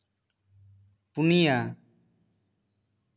ᱯᱩᱱᱤᱭᱟ